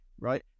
right